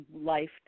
life